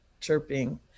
chirping